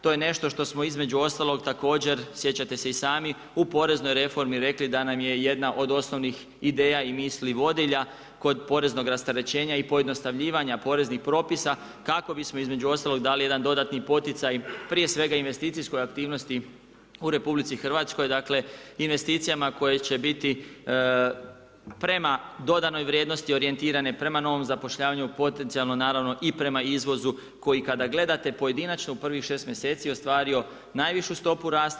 To je nešto što smo između ostalog također sjećate se i sami u poreznoj reformi rekli da nam je jedna od osnovnih ideja i misli vodilja kod poreznog rasterećenja i pojednostavljivanja poreznih propisa kako bismo između ostalog dali jedan dodatni poticaj prije svega investicijskoj aktivnosti u RH, dakle investicijama koje će biti prema dodanoj vrijednosti orijentirane, prema novom zapošljavanju potencijalno naravno i prema izvozu koji kada gledate pojedinačno u prvih šest mjeseci ostvario najveću stopu rasta.